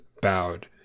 bowed